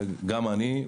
וגם אני,